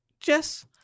Jess